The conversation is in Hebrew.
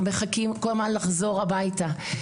הם מחכים כל הזמן לחזור הביתה.